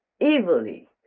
evilly